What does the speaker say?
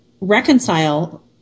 reconcile